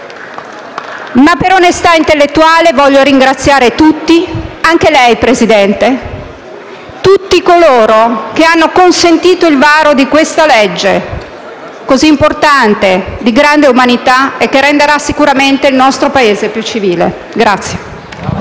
Ma, per onestà intellettuale, voglio ringraziare tutti coloro - anche lei, Presidente - che hanno consentito il varo di questa legge così importante, di grande umanità e che renderà sicuramente il nostro Paese più civile.